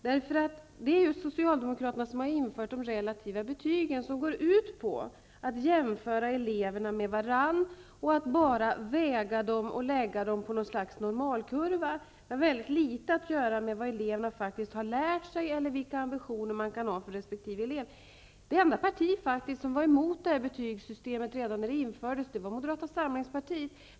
Det är ju Socialdemokraterna som har infört de relativa betygen, som går ut på att eleverna jämförs med varandra och att elevernas prestationer bara skall vägas och läggas inom något slags normalkurva. De relativa betygen har väldigt litet att göra med vad eleverna faktiskt har lärt sig eller vilka ambitioner man har för resp. elev. Det enda parti som var emot det relativa betygssystemet redan när det infördes var Moderata samlingspartiet.